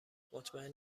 مطمئن